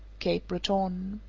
cape breton.